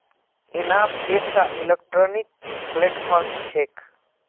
इनाम एकटा electronic platform छेक